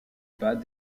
bas